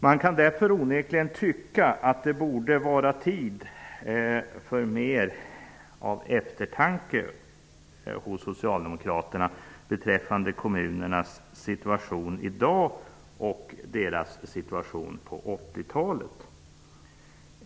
Man kan därför onekligen tycka att det borde vara hög tid för mer av eftertanke hos socialdemokraterna beträffande kommunernas situation i dag och deras situation på 80-talet.